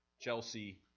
Chelsea